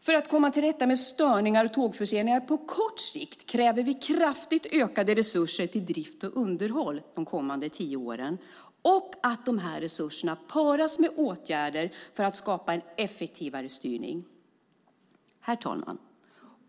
För att komma till rätta med störningar och tågförseningar på kort sikt kräver vi kraftigt ökade resurser till drift och underhåll de kommande tio åren och att de här resurserna paras med åtgärder för att skapa en effektivare styrning. Herr talman!